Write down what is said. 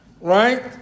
Right